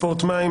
ספורט מים,